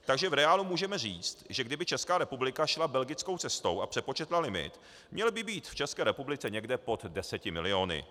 Takže v reálu můžeme říct, že kdyby Česká republika šla belgickou cestou a přepočetla limit, měl by být v České republice někde pod deseti miliony.